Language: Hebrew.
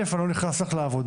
קודם כל אני לא נכנס לך לעבודה,